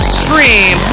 stream